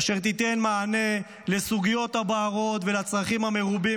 אשר תיתן מענה לסוגיות הבוערות ולצרכים המרובים